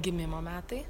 gimimo metai